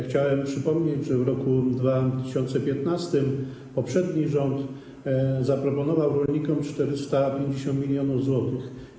Chciałbym przypomnieć, że w roku 2015 poprzedni rząd zaproponował rolnikom 450 mln zł.